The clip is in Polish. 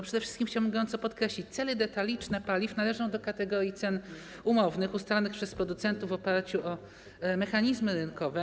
Przede wszystkim chciałbym gorąco podkreślić: ceny detaliczne paliw należą do kategorii cen umownych ustalanych przez producentów w oparciu o mechanizmy rynkowe.